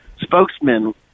spokesman